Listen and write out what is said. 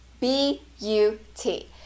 B-U-T